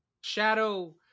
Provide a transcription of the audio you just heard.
Shadow